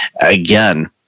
again